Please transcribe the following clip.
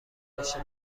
داشته